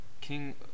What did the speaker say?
king